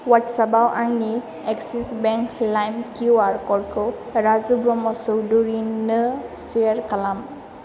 अवाट्सापाव आंनि Axis bank लाइम QR कडखौ राजु ब्रह्म चौधुरिनो सेयार खालाम